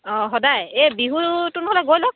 অঁ সদায় এই বিহুতো নহ'লে গৈ লওক